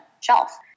shelf